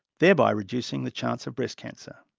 thereby reducing the chance of breast cancer.